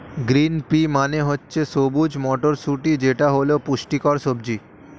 green pea মানে হচ্ছে সবুজ মটরশুঁটি যেটা হল পুষ্টিকর সবজি